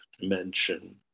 dimension